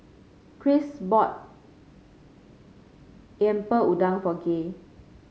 Christ bought Lemper Udang for Gay